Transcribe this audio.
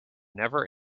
never